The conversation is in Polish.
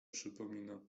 przypomina